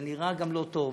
זה נראה גם לא טוב,